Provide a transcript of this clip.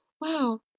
wow